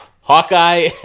Hawkeye